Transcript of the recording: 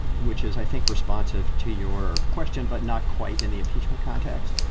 which is, i think, responsive to your question, but not quite in the impeachment context,